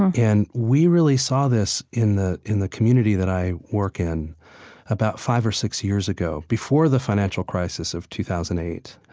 and we really saw this in the in the community that i work in about five or six years ago. before the financial crisis of two thousand and eight.